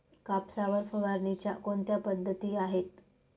कापसावर फवारणीच्या कोणत्या पद्धती आहेत?